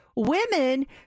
Women